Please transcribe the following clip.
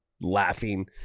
laughing